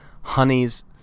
honeys